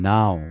Now